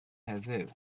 heddiw